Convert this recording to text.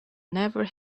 never